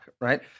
right